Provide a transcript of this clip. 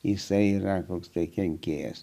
jisai yra koks tai kenkėjas